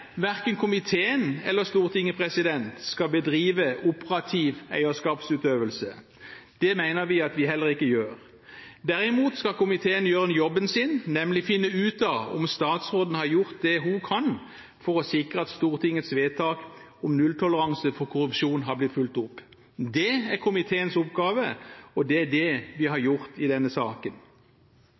verken komiteen eller Stortinget skal bedrive operativ eierskapsutøvelse. Det mener vi at vi heller ikke gjør. Derimot skal komiteen gjøre jobben sin, nemlig finne ut av om statsråden har gjort det hun kan for å sikre at Stortingets vedtak om nulltoleranse for korrupsjon har blitt fulgt opp. Det er komiteens oppgave, og det er det vi har gjort i denne saken.